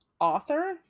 author